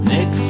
Nick